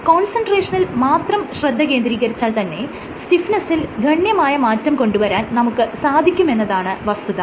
കോൺസെൻട്രേഷനിൽ മാത്രം ശ്രദ്ധ കേന്ദ്രീകരിച്ചാൽ തന്നെ സ്റ്റിഫ്നെസ്സിൽ ഗണ്യമായ മാറ്റം കൊണ്ടുവരാൻ നമുക്ക് സാധിക്കുമെന്നതാണ് വസ്തുത